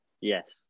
Yes